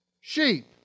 sheep